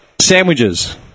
sandwiches